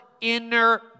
inner